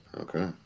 Okay